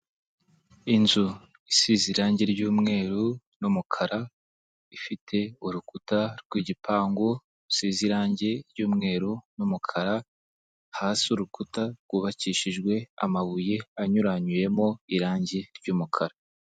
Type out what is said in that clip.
Inzu isize irangi ry'umweru n'umukara, ifite urukuta rw'igipangu rusize irangi ry'umweru n'umukara, hasi urukuta rw'ubakishijwe amabuye anyuranyuyemo irangi ry'umukara.